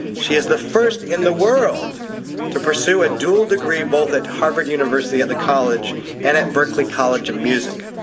she's the first in the world to pursue a dual degree both at harvard university at the college and at berklee college of music,